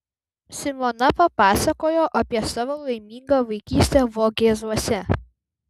simona papasakojo apie savo laimingą vaikystę vogėzuose